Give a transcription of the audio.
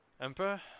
Emperor